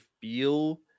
feel